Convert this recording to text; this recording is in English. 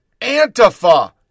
Antifa